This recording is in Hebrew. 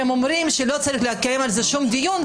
הם אומרים שלא צריך להתקיים על זה שום דיון,